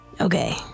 Okay